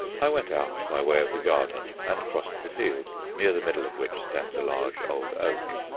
i went out by way of the garden and crossed the field, near the middle of which stands a large old oak.